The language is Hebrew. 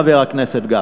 חבר הכנסת גפני.